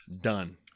Done